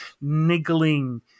niggling